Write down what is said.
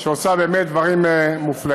שעושה באמת דברים מופלאים.